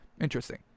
Interesting